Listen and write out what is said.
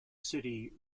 city